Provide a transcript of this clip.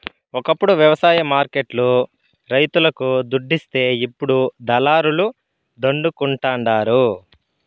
ఒకప్పుడు వ్యవసాయ మార్కెట్ లు రైతులకు దుడ్డిస్తే ఇప్పుడు దళారుల దండుకుంటండారు